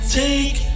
take